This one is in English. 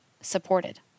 supported